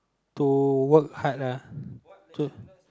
to work hard ah to